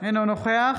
אינו נוכח